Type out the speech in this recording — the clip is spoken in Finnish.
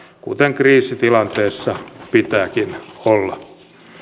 kuten kriisitilanteessa pitääkin olla